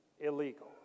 illegal